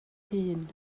hun